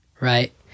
Right